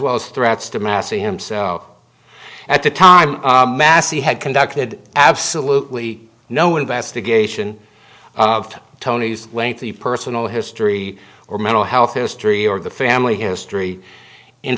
well as threats to massey himself at the time massey had conducted absolutely no investigation of tony's lengthy personal history or mental health history or of the family history in